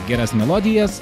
geras melodijas